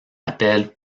appelle